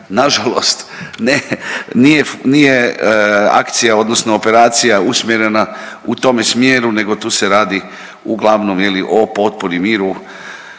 ne, nije, nije akcija odnosno operacija usmjerena u tome smjeru nego tu se radi uglavnom je li o potpori miru